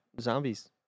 zombies